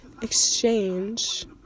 Exchange